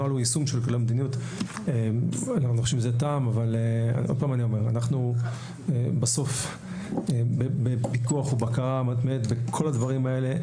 אני אומר שאנחנו בסוף בפיקוח ובקרה מתמדת בכל הדברים האלה.